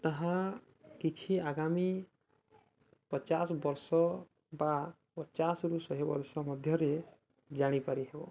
ତାହା କିଛି ଆଗାମୀ ପଚାଶ ବର୍ଷ ବା ପଚାଶରୁ ଶହେ ବର୍ଷ ମଧ୍ୟରେ ଜାଣିପାରିବ